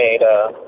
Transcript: made